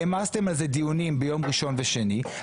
העמסתם על זה דיונים ביום ראשון ושני,